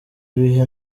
bihe